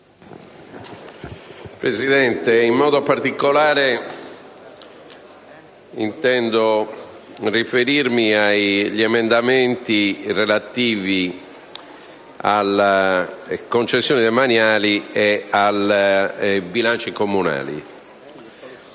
Presidente, vorrei in modo particolare riferirmi agli emendamenti relativi alle concessioni demaniali e ai bilanci comunali.